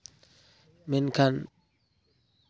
ᱢᱮᱱᱠᱷᱟᱱ